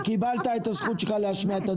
אתה קיבלת את זכות הדיבור.